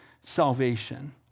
salvation